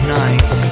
night